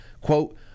Quote